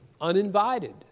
uninvited